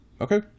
okay